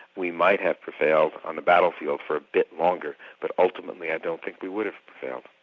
we might have prevailed on the battlefield for a bit longer, but ultimately i don't think we would have prevailed.